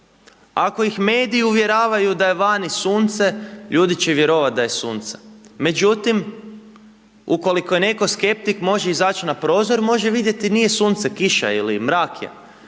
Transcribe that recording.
Ako ih mediji uvjeravaju da je vani sunce, ljudi će vjerovati da je sunce. Međutim, ukoliko je netko skeptik može izaći na prozor i može vidjeti nije sunce, kiša je ili mrak je.